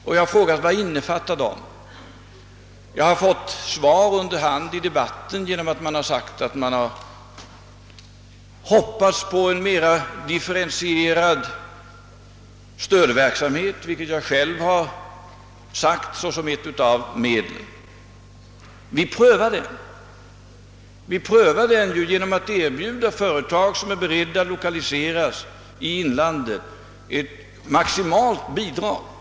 Jag har frågat vad de innefattar och har fått svar under hand i debatten; man har sagt att man har hoppats på en mera differentierad stödverksamhet, vilket jag själv har nämnt såsom ett av medien. Vi prövar denna verksamhet genom att erbjuda företag som är beredda att lokaliseras till inlandet ett maximalt bidrag.